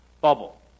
bubble